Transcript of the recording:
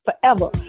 forever